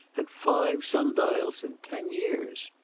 had five sun-dials in ten years.